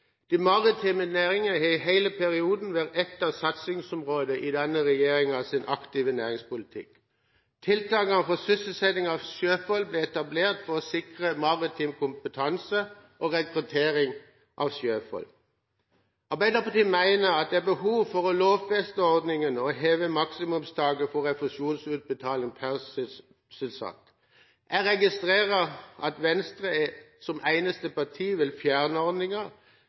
De maritime næringene var i hele perioden et av satsingsområdene i den regjeringas aktive næringspolitikk. Tiltak for sysselsetting av sjøfolk ble etablert for å sikre maritim kompetanse og rekruttering av sjøfolk. Arbeiderpartiet mener at det er behov for å lovfeste ordningen og heve maksimumstaket for refusjonsutbetaling per sysselsatt. Jeg registrerer at Venstre er det eneste partiet som vil fjerne